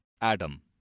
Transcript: Adam